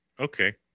Okay